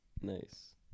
Nice